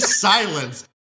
silence